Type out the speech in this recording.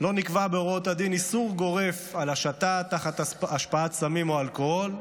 לא נקבע בהוראות הדין איסור גורף על השטה תחת השפעת סמים או אלכוהול,